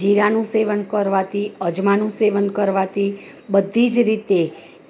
જીરાનું સેવન કરવાથી અજમાનું સેવન કરવાથી બધી જ રીતે